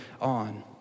on